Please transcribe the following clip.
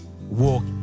walk